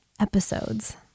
episodes